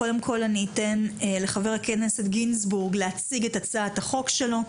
קודם כל אני אתן לחבר הכנסת גינזבורג להציג את הצעת החוק שלו,